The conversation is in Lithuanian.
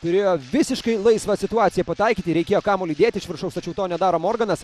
turėjo visiškai laisvą situaciją pataikyti reikėjo kamuolį dėti iš viršaus tačiau to nedaro morganas